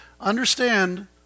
Understand